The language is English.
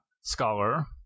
scholar